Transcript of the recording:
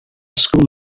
school